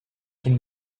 can